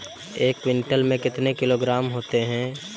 एक क्विंटल में कितने किलोग्राम होते हैं?